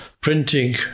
printing